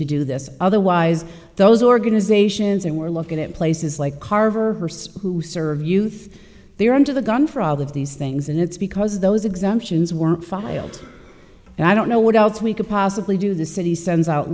to do this otherwise those organizations and we're looking at places like carver who serve youth they are under the gun for all of these things and it's because those exemptions were filed and i don't know what else we could possibly do the city sends out